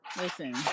Listen